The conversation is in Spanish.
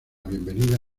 bienvenida